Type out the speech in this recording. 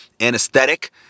anesthetic